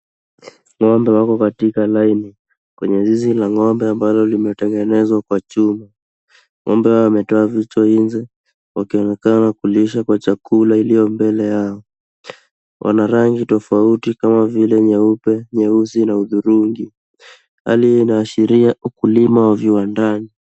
Ng'ombe wako katika laini kwenye zizi la ng'ombe ambalo limetengenezwa kwa chuma. Ng'ombe hao wametoa vichwa nje wakiona kulishwa kwa chakula iliyo mbele yao, wana rangi tofauti kama vile nyeupe nyeusi na hudhurungi, hali hii inaashiria ukulima wa viwandani.